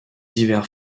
hivers